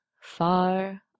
far